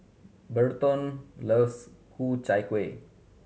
Berton loves Ku Chai Kuih